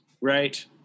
Right